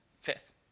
fifth